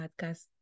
podcast